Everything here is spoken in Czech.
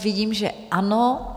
Vidím, že ano.